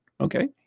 Okay